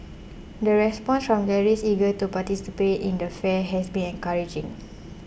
the response from galleries eager to participate in the fair has been encouraging